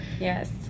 yes